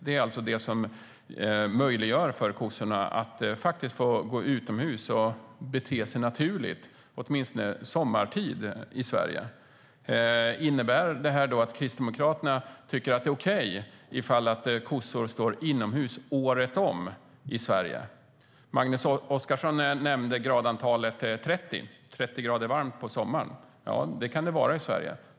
Det är det som möjliggör för kossorna att få gå utomhus och bete sig naturligt åtminstone sommartid i Sverige. Innebär det att Kristdemokraterna tycker att det är okej ifall kossor står inomhus året om i Sverige? Magnus Oscarsson nämnde gradantalet 30 grader varmt på sommaren. Det kan det vara i Sverige.